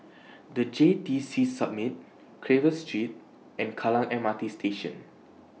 The J T C Summit Carver Street and Kallang M R T Station